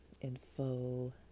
info